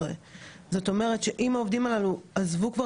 זאת אומרת שאם העובדים הללו עזבו כבר